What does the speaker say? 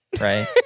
Right